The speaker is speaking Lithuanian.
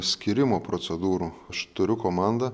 skyrimo procedūrų aš turiu komandą